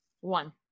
One